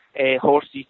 horses